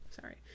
sorry